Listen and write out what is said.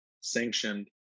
sanctioned